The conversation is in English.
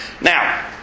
Now